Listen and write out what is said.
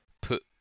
put